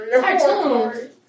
Cartoons